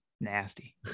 nasty